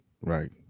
right